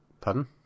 Pardon